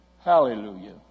Hallelujah